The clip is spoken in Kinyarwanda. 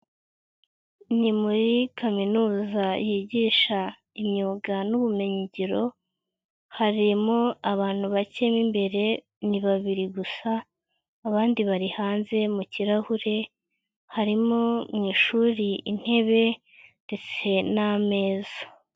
Ni muri kaminuza yigisha imyuga n'ubumenyigiro, harimo abantu bake b'imbere ni babiri gusa, abandi bari hanze mu kirahure, harimo mu ishuri, intebe ndetse n'ameza.